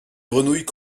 grenouilles